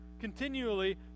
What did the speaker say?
continually